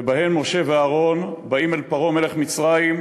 ובהן משה ואהרן באים אל פרעה מלך מצרים,